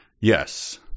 Yes